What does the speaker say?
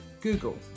Google